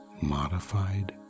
modified